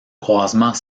croisement